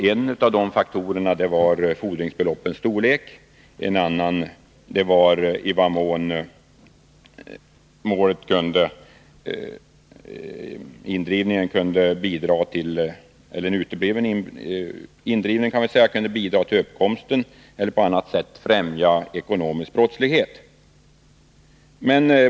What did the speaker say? En av de faktorerna var fordringsbeloppets storlek, en annan var i vad mån dröjsmål med indrivningen kunde bidra till uppkomsten av eller på annat sätt främja ekonomisk brottslighet.